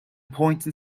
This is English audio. pointed